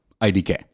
idk